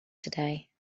today